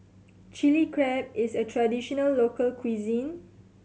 Chili Crab is a traditional local cuisine